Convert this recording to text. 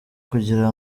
kugira